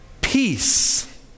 peace